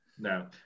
No